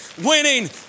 winning